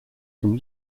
from